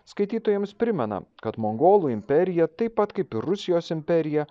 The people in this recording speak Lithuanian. skaitytojams primena kad mongolų imperija taip pat kaip ir rusijos imperija